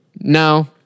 no